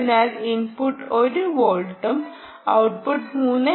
അതിനാൽ ഇൻപുട്ട് 1 വോൾട്ടും ഔട്ട്പുട്ട് 3